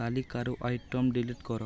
ତାଲିକାରୁ item delete କର